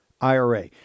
ira